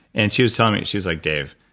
and she was telling me. she was like, dave,